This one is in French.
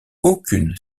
aucune